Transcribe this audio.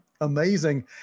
amazing